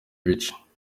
bica